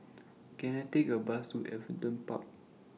Can I Take A Bus to Everton Park